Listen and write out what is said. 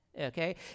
okay